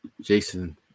Jason